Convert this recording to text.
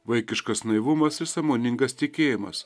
vaikiškas naivumas ir sąmoningas tikėjimas